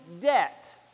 debt